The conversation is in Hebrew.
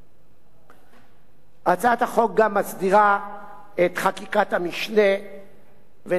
הצעת החוק גם מסדירה את חקיקת המשנה ואת הדירוג שלה.